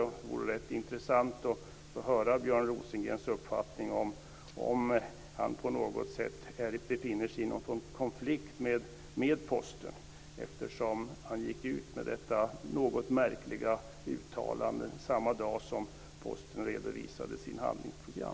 Det vore rätt intressant att höra om Björn Rosengren på något sätt befinner sig i konflikt med Posten, eftersom han gick ut med detta något märkliga uttalande samma dag som